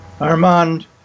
Armand